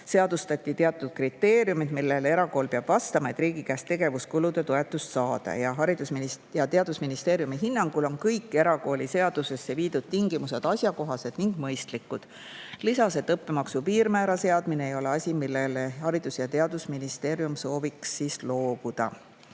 Seadustati teatud kriteeriumid, millele erakool peab vastama, et riigi käest tegevuskulude toetust saada. Haridus- ja Teadusministeeriumi hinnangul on kõik erakooliseadusesse viidud tingimused asjakohased ning mõistlikud. Ta lisas, et õppemaksu piirmäära seadmine ei ole asi, millest Haridus- ja Teadusministeerium sooviks loobuda.